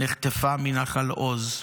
נחטפה מנחל עוז.